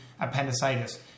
appendicitis